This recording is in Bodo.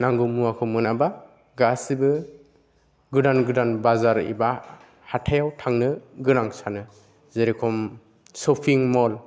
नांगौ मुवाखौ मोनाबा गासिबो गोदान गोदान बाजार एबा हाथायाव थांनो गोनां सानो जेरखम शपिं मल